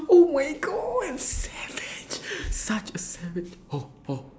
oh my god savage such a savage